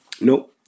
no